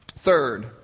Third